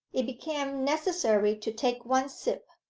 it became necessary to take one sip.